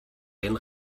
den